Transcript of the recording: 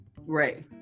right